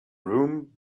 room